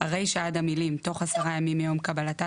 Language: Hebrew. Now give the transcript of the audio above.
הרישה עד המילים "תוך עשרה ימים מיום קבלתה",